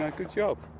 good job.